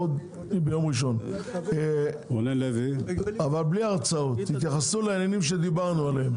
אבל בלי הרצאות, תתייחסו לעניינים שדיברנו עליהם.